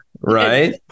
right